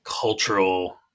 cultural